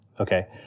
okay